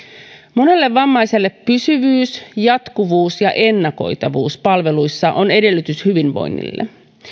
monelle vammaiselle pysyvyys jatkuvuus ja ennakoitavuus palveluissa on edellytys hyvinvoinnille